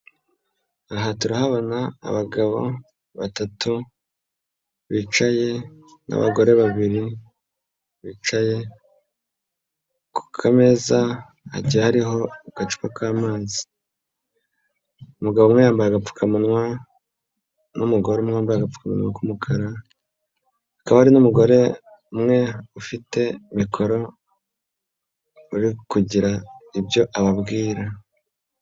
Aha turahabona abagabo batatu bicaye, n'abagore babiri bicaye, ku kameza hagiye hariho agacupa k'amazi. Umugabo umwe yambaye agapfukamunwa, n'umugore umwe wambaye agapfukamunwa k'umukara, hakaba hari n'umwe ufite mikoro uri kugira ibyo ababwira.